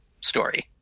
story